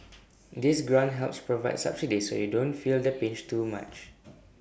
this grant helps provide subsidies so you don't feel the pinch too much